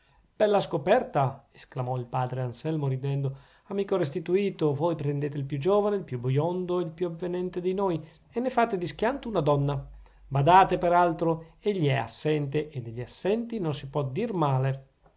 nome bella scoperta esclamò il padre anselmo ridendo amico restituto voi prendete il più giovane il più biondo il più avvenente di noi e ne fate di schianto una donna badate per altro egli è assente e degli assenti non si può dir male